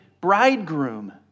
bridegroom